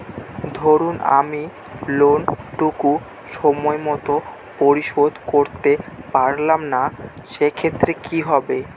ধরুন আমি লোন টুকু সময় মত পরিশোধ করতে পারলাম না সেক্ষেত্রে কি হবে?